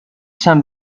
saint